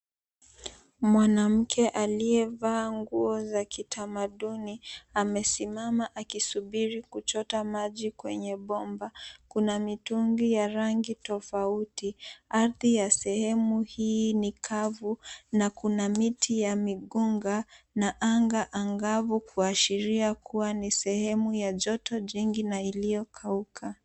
Mwanamke aliyevaa nguo za kitamaduni amesimama akisubiri kuchota maji kwenye bomba. Kuna mitungi ya rangi tofauti, ardhi ya sehemu hii ni kavu, na kuna miti ya migunga na anga angavu, kuashiria kuwa ni sehemu ya joto jingi na iliyokauka.